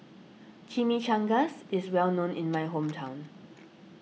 Chimichangas is well known in my hometown